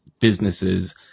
businesses